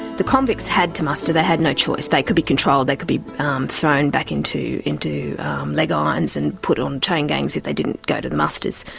convicts had to muster, they had no choice. they could be controlled, they could be um thrown back into into leg irons and put on chain gangs if they didn't go to the musters.